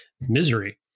misery